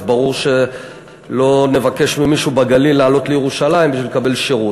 אז ברור שלא נבקש ממישהו בגליל לעלות לירושלים בשביל לקבל שירות.